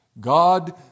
God